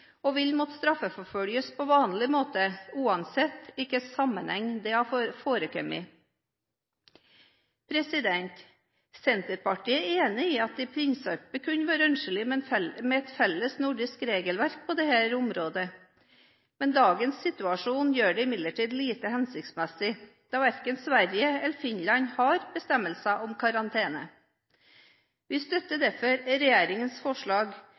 og vil måtte straffeforfølges på vanlig måte, uansett i hvilken sammenheng det har forekommet. Senterpartiet er enig i at det i prinsippet kunne være ønskelig med et felles nordisk regelverk på dette området. Dagens situasjon gjør det imidlertid lite hensiktsmessig, da verken Sverige eller Finland har bestemmelser om karantene. Vi støtter derfor regjeringens forslag